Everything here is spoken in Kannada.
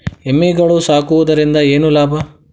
ಎಮ್ಮಿಗಳು ಸಾಕುವುದರಿಂದ ಏನು ಲಾಭ?